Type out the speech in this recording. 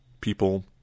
people